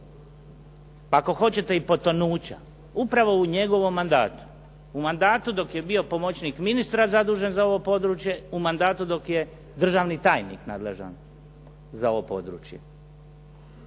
ako hoćete i potonuća, upravo u njegovom mandatu. U mandatu dok je bio pomoćnik ministra zadužen za ovo područje, u mandatu dok je državni tajnik nadležan za ovo područje.